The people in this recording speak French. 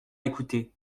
écouté